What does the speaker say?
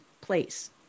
place